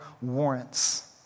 warrants